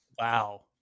Wow